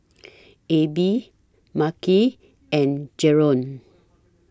Abie Makhi and Jaron